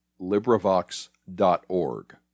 LibriVox.org